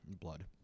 blood